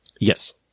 yes